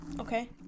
Okay